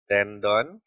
Tendon